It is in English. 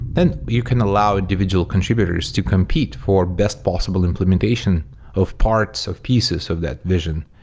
and you can allow individual contributors to compete for best possible implementation of parts, of pieces of that vision,